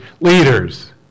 leaders